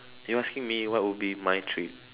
you asking me what would be my treat